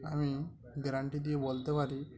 আমি গ্যারান্টি দিয়ে বলতে পারি